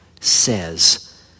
says